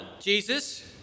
Jesus